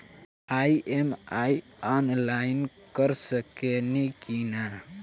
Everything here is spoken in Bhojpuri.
ई.एम.आई आनलाइन कर सकेनी की ना?